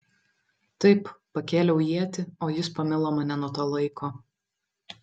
taip pakėliau ietį o jis pamilo mane nuo to laiko